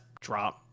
drop